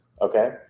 okay